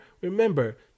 Remember